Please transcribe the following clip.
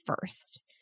first